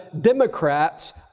Democrats